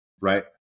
right